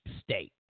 state